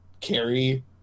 carry